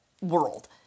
world